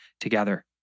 together